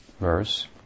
verse